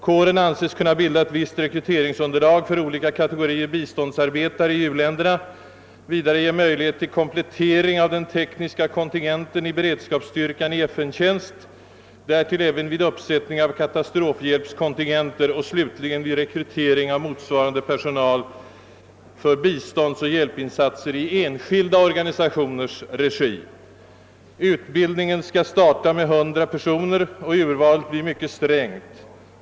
Kåren anses kunna bilda ett visst rekryteringsunderlag för olika kategorier biståndsarbetare i uländerna, vidare ge möjlighet till komplettering av den tekniska kontingenten i beredskapsstyrkan i FN-tjänst, därtill även vid uppsättning av katastrofhjälpskontingenter och slutligen vid rekrytering av motsvarande personal för biståndsoch hjälpinsatser i enskilda organisationers regi. Utbildningen skall starta med 100 personer och urvalet blir mycket strängt.